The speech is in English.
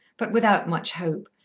but without much hope,